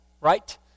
Right